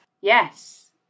Yes